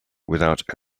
without